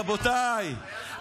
רבותיי,